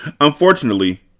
Unfortunately